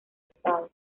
estado